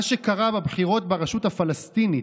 מה שקרה בבחירות לרשות הפלסטינית,